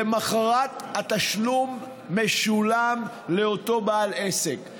למוחרת התשלום משולם לאותו בעל עסק.